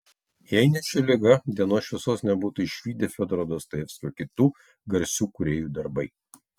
jei ne ši liga dienos šviesos nebūtų išvydę fiodoro dostojevskio kitų garsių kūrėjų darbai